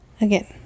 again